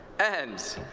and